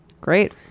great